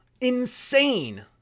Insane